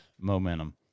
Momentum